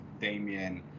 Damien